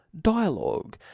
dialogue